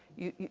you, you,